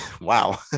wow